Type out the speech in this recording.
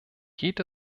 geht